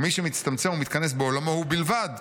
ומי שמצטמצם ומתכנס בעולמו הוא בלבד,